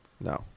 no